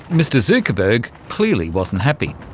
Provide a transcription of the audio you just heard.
mr zuckerberg clearly wasn't happy.